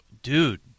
Dude